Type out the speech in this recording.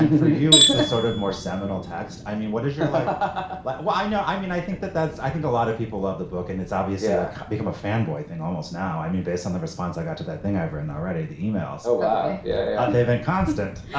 for you it's and sort of more seminal text i mean what is your like life like. well i know i mean i think that that's i think a lot of people love the book and it's obvious that i become a fanboy thing almost now. i mean based on the response i got to that thing over and already the email. so why yeah i live in constant.